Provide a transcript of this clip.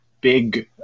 big